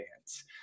dance